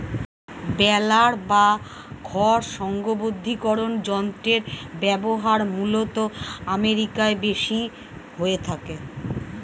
বেলার বা খড় সংঘবদ্ধীকরন যন্ত্রের ব্যবহার মূলতঃ আমেরিকায় বেশি হয়ে থাকে